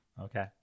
Okay